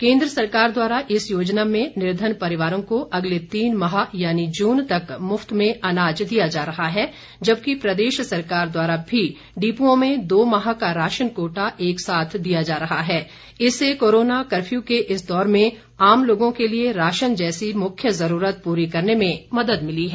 केन्द्र सरकार द्वारा इस योजना में निर्धन परिवारों को अगले तीन माह यानी जून तक मुफ्त में अनाज दिया जा रहा जबकि प्रदेश सरकार द्वारा भी डिप्ओं में दो माह का राशन कोटा एक साथ दिया जा रहा है इससे कोरोना कर्फ़यू के इस दौर में आम लोगों के लिए राशन जैसी मुख्य जरूरत पूरी करने के लिए मदद मिली है